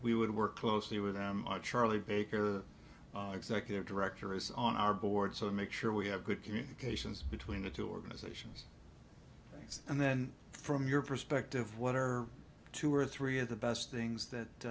we would work closely with them charlie baker executive director is on our board so make sure we have good communications between the two organizations and then from your perspective what are two or three of the best things that